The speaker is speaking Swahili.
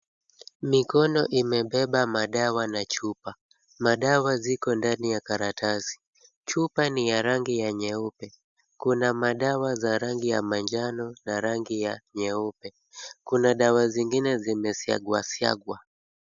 Mikono imebeba madawa na chupa. Madawa ziko ndani ya karatasi. Chupa ni ya rangi ya nyeupe. Kuna madawa za rangi ya manjano na rangi ya nyeupe. Kuna dawa zingine zimesiagwasiagwa.